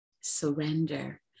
surrender